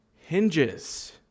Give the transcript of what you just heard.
hinges